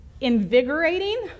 invigorating